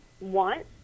want